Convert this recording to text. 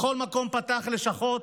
בכל מקום פתח לשכות,